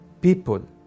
people